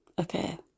Okay